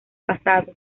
pasado